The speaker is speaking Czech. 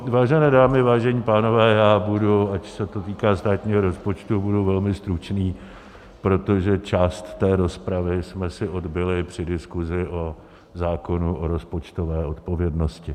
Vážené dámy, vážení pánové, já budu, ač se to týká státního rozpočtu, velmi stručný, protože část té rozpravy jsme si odbyli při diskusi o zákonu o rozpočtové odpovědnosti.